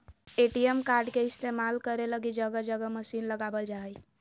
ATM card के इस्तेमाल करे लगी जगह जगह मशीन लगाबल जा हइ